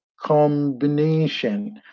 combination